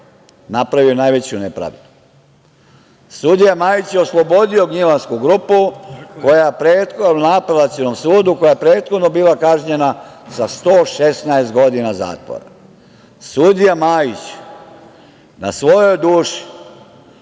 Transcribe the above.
napravio najveću nepravdu. Sudija Majić je oslobodio Gnjilansku grupu, koja je prethodno na Apelacionom sudu, koja je prethodno bila kažnjena sa 116 godina zatvora. Sudija Majić, na svojoj duši